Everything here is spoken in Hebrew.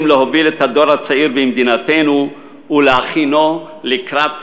להוביל את הדור הצעיר במדינתנו ולהכינו לקראת